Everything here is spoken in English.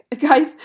Guys